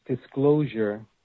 disclosure